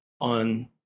on